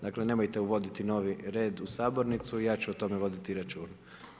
Dakle, nemojte uvoditi novi red u sabornicu, ja ću o tome voditi računa.